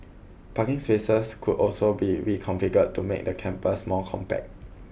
parking spaces could also be reconfigured to make the campus more compact